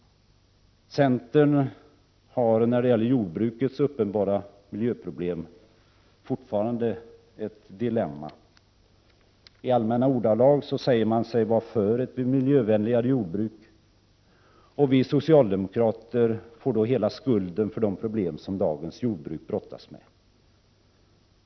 Centern befinner sig när det gäller jordbrukets uppenbara miljöproblem fortfarande i ett dilemma. I allmänna ordalag säger man sig vara för ett miljövänligare jordbruk. Vi socialdemokrater får då hela skulden för de problem som dagens jordbruk brottas med.